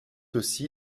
aussi